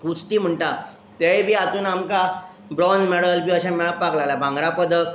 कुस्ती म्हणटा तेंय बी हातून आमकां ब्रॉन्ज मॅडल बी अशें मेळपाक लागलां भागरां पदक